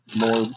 more